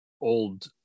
old